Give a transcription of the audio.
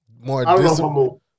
more